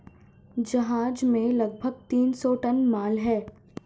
जहाज में लगभग तीन सौ टन माल है